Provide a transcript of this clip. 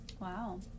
Wow